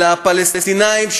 אלא הפלסטינים,